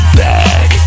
back